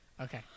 Okay